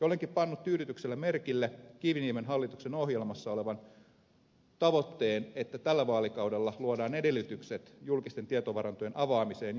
olenkin pannut tyydytyksellä merkille kiviniemen hallituksen ohjelmassa olevan tavoitteen että tällä vaalikaudella luodaan edellytykset julkisten tietovarantojen avaamiseen yleiseen käyttöön ensi vaalikaudella